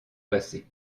passé